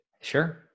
Sure